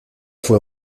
fue